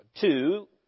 Two